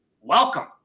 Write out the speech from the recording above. welcome